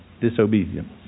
Disobedience